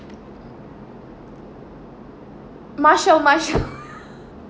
marshall marshall